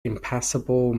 impassable